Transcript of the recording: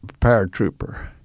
paratrooper